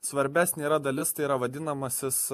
svarbesnė yra dalis tai yra vadinamasis